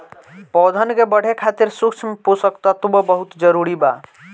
पौधन के बढ़े खातिर सूक्ष्म पोषक तत्व बहुत जरूरी बा